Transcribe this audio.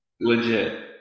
Legit